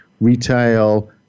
retail